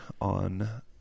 on